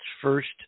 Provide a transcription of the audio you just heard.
first